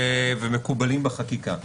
ומקובלים בחקיקה.